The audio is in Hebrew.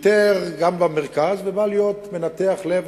ויתר גם על המרכז ובא להיות מנתח לב,